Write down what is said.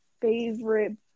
favorite